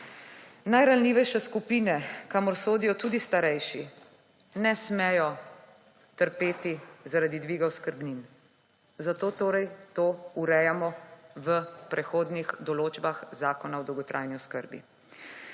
Najranljivejše skupine, kamor sodijo tudi starejši, ne smejo trpeti zaradi dviga oskrbnin. Zato torej to urejamo v prehodnih določbah Zakona o dolgotrajni oskrbi.